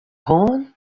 hân